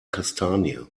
kastanie